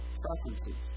preferences